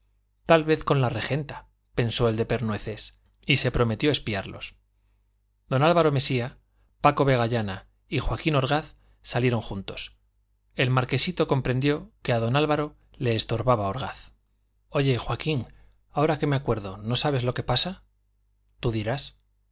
tal vez con la regenta pensó el de pernueces y se prometió espiarlos don álvaro mesía paco vegallana y joaquín orgaz salieron juntos el marquesito comprendió que a don álvaro le estorbaba orgaz oye joaquín ahora que me acuerdo no sabes lo que pasa tú dirás que